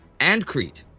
and crete?